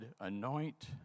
anoint